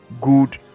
good